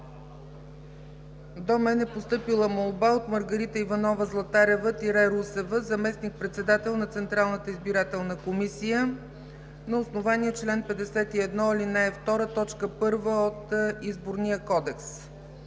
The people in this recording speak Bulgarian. до мен е постъпила молба от Маргарита Иванова Златарева-Русева – заместник-председател на Централната избирателна комисия, на основание чл. 51, ал. 2, т. 1 от Изборния кодекс.